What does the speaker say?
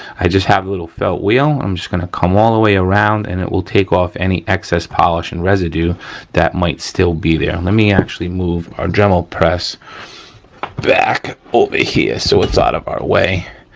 i just have a little felt wheel, i'm just gonna come all the way around and it will take off any excess polish and residue that might still be there. let me actually move our dremel press back over here so it's out of our way.